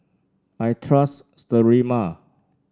I trust Sterimar